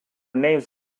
names